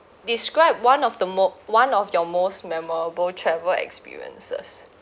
describe one of the mo~ one of your most memorable travel experiences